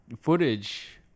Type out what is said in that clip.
footage